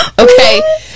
okay